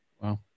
wow